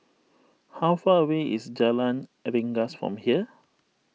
how far away is Jalan Rengas from here